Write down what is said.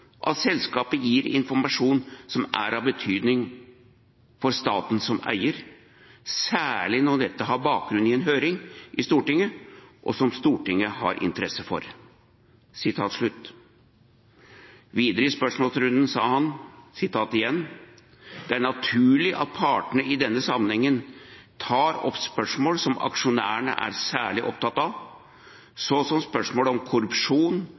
at selskapet gir informasjon som er av betydning for staten som eier, særlig når dette har bakgrunn i en høring i Stortinget, og som Stortinget har interesse for.» Videre i spørsmålsrunden sa han: «Det er naturlig at partene i denne sammenheng tar opp spørsmål som aksjonærene er særlig opptatt av, så som spørsmål om korrupsjon